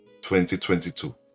2022